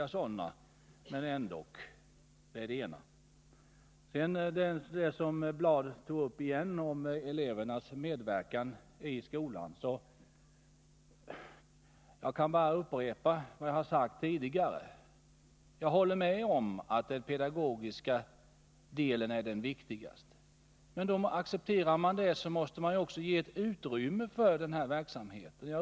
Vad sedan beträffar det som Lennart Bladh tog upp om elevernas medverkan i skolan kan jag bara upprepa vad jag har sagt tidigare: Jag håller med om att den pedagogiska delen är den viktigaste. Men accepterar man det, så måste man ju också ge ett utrymme för den praktiska verksamheten.